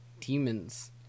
demons